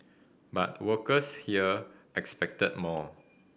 but workers here expected more